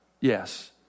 Yes